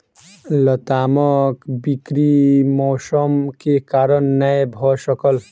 लतामक बिक्री मौसम के कारण नै भअ सकल